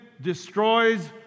destroys